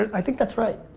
i think that's right.